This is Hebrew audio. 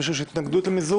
האם למישהו יש התנגדות למיזוג?